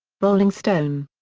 rolling stone.